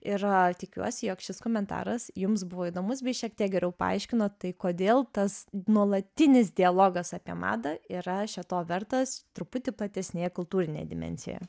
ir tikiuosi jog šis komentaras jums buvo įdomus bei šiek tiek geriau paaiškino tai kodėl tas nuolatinis dialogas apie madą yra šio to vertas truputį platesnėje kultūrinėje dimensijoje